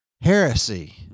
heresy